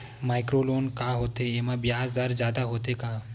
Micro loan का होथे येमा ब्याज दर जादा होथे का?